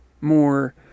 More